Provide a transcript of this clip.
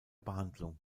behandlung